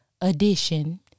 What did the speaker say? edition